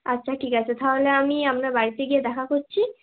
আচ্ছা ঠিক আছে তাহলে আমি আপনার বাড়িতে গিয়ে দেখা করছি